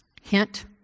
Hint